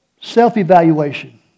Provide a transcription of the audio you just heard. self-evaluation